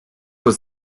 was